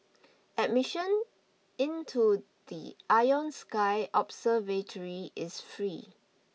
admission into the Ion Sky observatory is free